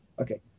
okay